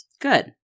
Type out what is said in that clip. Good